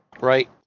Right